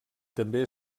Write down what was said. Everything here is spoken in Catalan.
també